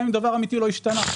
גם אם דבר אמיתי לא השתנה.